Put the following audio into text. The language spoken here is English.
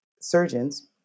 surgeons